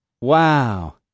Wow